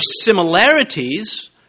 similarities